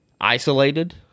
isolated